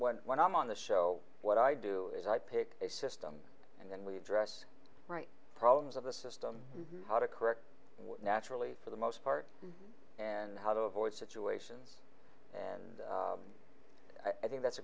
when i'm on the show what i do is i pick a system and then we address right problems of the system how to correct what naturally for the most part and how to avoid situations and i think that's a